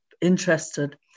interested